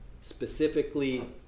Specifically